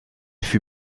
fut